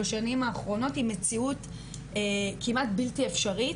בשנים האחרונות עם מציאות כמעט בלתי אפשרית